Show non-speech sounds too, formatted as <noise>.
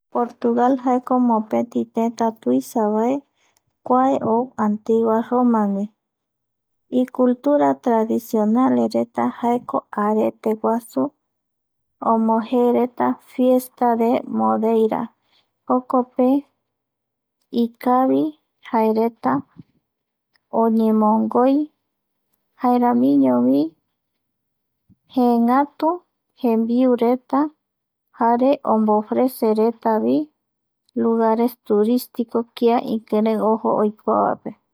Portugal jaeko mopeti tétä <noise> tuisavae <noise> kuae ou antigua Romagui <noise> icultura tradicionalreta jaeko areteguasu ombojeereta fiesta de modeira <noise> jokope ikavi jaereta oñemongoi, jaeramiñovi. Jeengatu itembiureta <noise> jare omoofreceretavi <noise> lugares turisticos kia ikirei ojo oikuavaepe